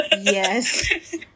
yes